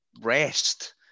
rest